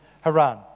Haran